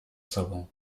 sobą